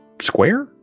square